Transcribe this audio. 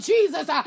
Jesus